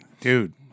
dude